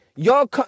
Y'all